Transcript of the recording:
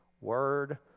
Word